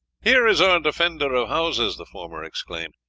here is our defender of houses, the former exclaimed.